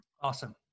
Awesome